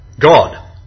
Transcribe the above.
God